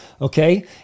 Okay